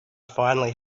finally